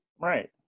Right